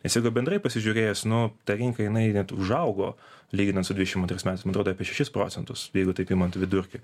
nes jeigu bendrai pasižiūrėjus nu ta rinka jinai net užaugo lyginant su dvidešimt antrais metais man atrodo apie šešis procentus jeigu taip imant vidurkį